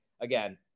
Again